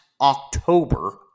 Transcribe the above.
October